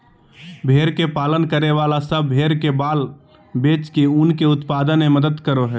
भेड़ के पालन करे वाला सब भेड़ के बाल बेच के ऊन के उत्पादन में मदद करो हई